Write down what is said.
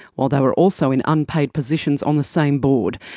while they were also in unpaid positions on the same board.